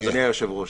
אדוני היושב-ראש,